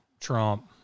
Trump